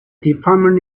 department